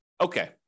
okay